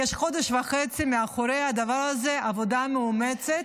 יש חודש וחצי מאחורי הדבר הזה, עבודה מאומצת.